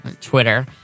Twitter